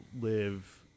live